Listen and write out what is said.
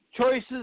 choices